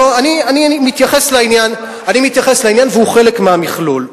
אני מתייחס לעניין, והוא חלק מהמכלול.